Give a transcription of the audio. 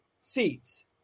seats